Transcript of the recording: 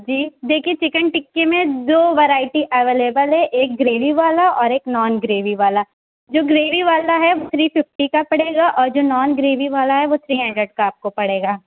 جی دیکھیے چکن ٹکے میں دو ورائٹی اویلیبل ہے ایک گریوی والا اور ایک نان گریوی والا جو گریوی والا ہے وہ تھری ففٹی کا پڑے گا اور جو نان گریوی والا ہے وہ تھری ہنڈریڈ کا آپ کو پڑے گا